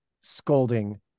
scolding